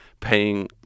paying